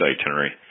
itinerary